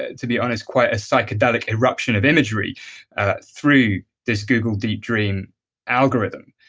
ah to be honest, quite a psychedelic eruption of imagery through this google deep dream algorithm.